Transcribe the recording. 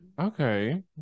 Okay